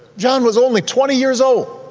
john was only twenty years old